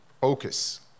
focus